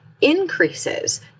increases